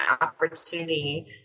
opportunity